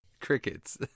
Crickets